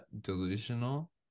delusional